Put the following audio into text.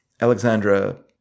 alexandra